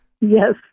Yes